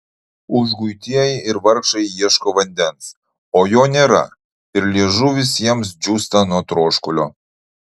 užguitieji ir vargšai ieško vandens o jo nėra ir liežuvis jiems džiūsta nuo troškulio